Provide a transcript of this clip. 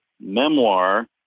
memoir